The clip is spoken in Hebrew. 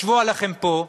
ישבו עליכם פה,